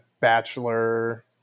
bachelor